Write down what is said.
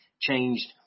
changed